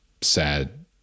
sad